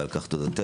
ועל כך תודתנו.